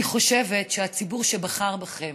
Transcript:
אני חושבת שהציבור שבחר בכם,